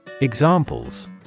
Examples